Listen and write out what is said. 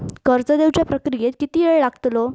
कर्ज देवच्या प्रक्रियेत किती येळ लागतलो?